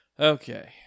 Okay